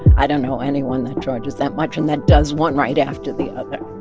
i don't know anyone that charges that much and that does one right after the other,